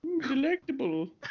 Delectable